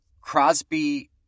Crosby